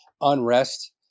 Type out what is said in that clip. unrest